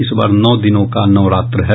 इस बार नौ दिनों का नवरात्र है